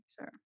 sure